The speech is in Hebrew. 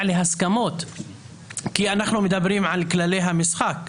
להסכמות כי אנחנו מדברים על כללי המשחק,